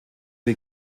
der